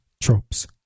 Tropes